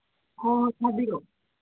ꯍꯣꯏ ꯊꯥꯕꯤꯔꯛꯑꯣ